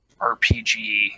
RPG